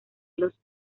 los